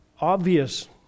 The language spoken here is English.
obvious